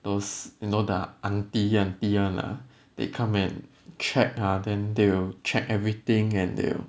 those you know the auntie auntie [one] ah they come and check ah then they will check everything and they will